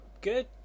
Good